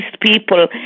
people